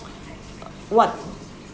uh what